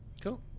Cool